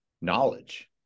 knowledge